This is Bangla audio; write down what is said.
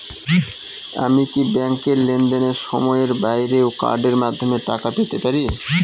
আমি কি ব্যাংকের লেনদেনের সময়ের বাইরেও কার্ডের মাধ্যমে টাকা পেতে পারি?